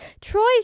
troy's